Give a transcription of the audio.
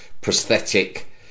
prosthetic